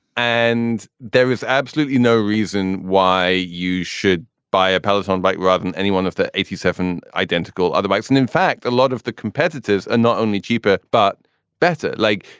and there is absolutely no reason why you should buy a peloton bike rather than any one of the eighty seven identical other bikes. and in fact, a lot of the competitors are not only cheaper but better. like,